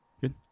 good